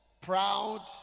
proud